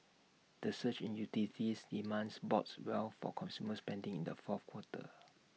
the surge in utilities demands bodes well for consumer spending in the fourth quarter